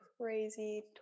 crazy